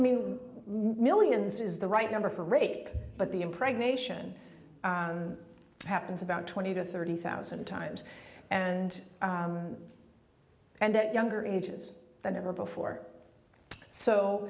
i mean millions is the right number for rape but the impregnation happens about twenty to thirty thousand times and and that younger ages than ever before